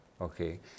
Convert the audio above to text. Okay